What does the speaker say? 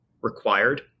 required